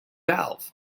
valve